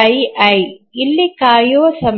pi ಇಲ್ಲಿ ಕಾಯುವ ಸಮಯ